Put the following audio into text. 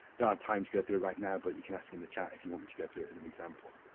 have time to go through it right now, but you can ask me in the chat if you want me to go through it as an example.